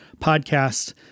podcast